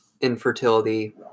infertility